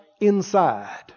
inside